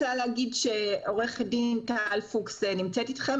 אני רוצה להגיד שעורכת הדין טל פוקס מהלשכה המשפטית נמצאת אתכם.